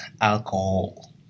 alcohol